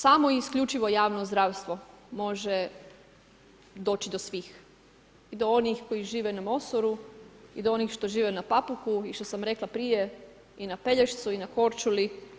Samo i isključivo javno zdravstvo može doći do svih, do onih koji žive na Mosoru i do onih što žive na Papuku i što sam rekla prije i na Pelješcu i na Korčuli.